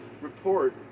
report